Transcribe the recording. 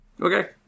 Okay